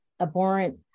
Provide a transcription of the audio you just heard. abhorrent